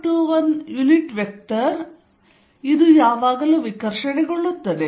r21 unit vector ಇದು ಯಾವಾಗಲೂ ವಿಕರ್ಷಣೆಗೊಳ್ಳುತ್ತದೆ